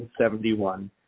1971